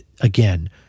again